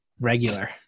regular